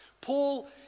Paul